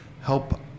help